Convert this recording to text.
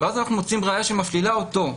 ואז אנחנו מוצאים ראיה שמפלילה אותו,